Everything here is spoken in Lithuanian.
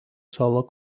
solo